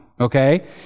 okay